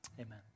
amen